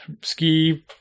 ski